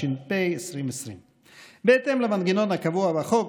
התש"ף 2020. בהתאם למנגנון הקבוע בחוק,